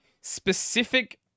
specific